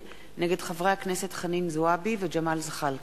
נגד חברי הכנסת חנין זועבי וג'מאל זחאלקה.